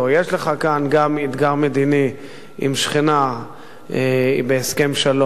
יש לך כאן גם אתגר מדיני עם שכנה בהסכם שלום,